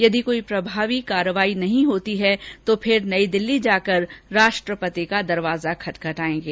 यदि कोई प्रभावी कार्रवाई नहीं होती तो फिर नयी दिल्ली जाकर राष्ट्रपति का दरवाजा खटखटाएंगे